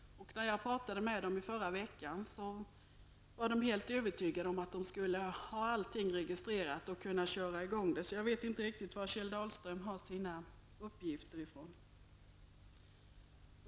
När jag talade med dem i förra veckan var de helt övertygade om att de skulle ha allting registrerat och kunna köra i gång det. Jag vet inte riktigt var Kjell Dahlström har fått sina uppgifter ifrån.